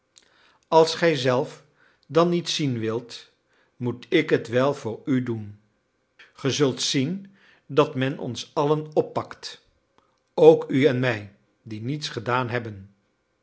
als gij zelf dan niet zien wilt moet ik het wel voor u doen ge zult zien dat men ons allen oppakt ook u en mij die niets gedaan hebben